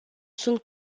sunt